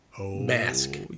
mask